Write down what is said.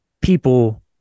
people